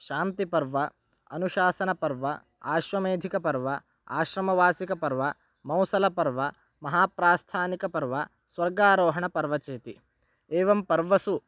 शान्तिपर्व अनुशासनपर्व आश्वमेधिकपर्व आश्रमवासिकपर्व मौसलपर्व महाप्रास्थानिकपर्व स्वर्गारोहणपर्व चेति एवं पर्वसु